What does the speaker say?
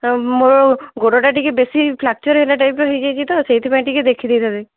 ତ ମୋର ଗୋଡ଼ଟା ଟିକେ ବେଶି ଫ୍ୟାକଚର୍ ହେଲା ଟାଇପର ହେଇ ଯାଇଛି ତ ସେଇଥିପାଇଁ ଟିକେ ଦେଖିଦେଇ ଥାଆନ୍ତେ